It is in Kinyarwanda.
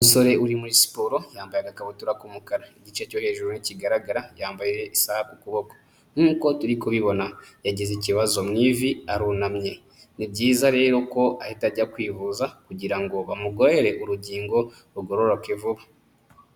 Umusore uri muri siporo, yambaye agakabutura k'umukara. Igice cyo hejuru ntikigaragara, yambaye ku kuboko. Nk'uko turi kubibona, yagize ikibazo mu ivi arunamye. Ni byiza rero ko ahita ajya kwivuza ,kugira ngo bamugororere urugingo rugororoke vuba.